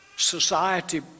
society